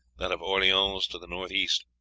that of orleans to the north-east.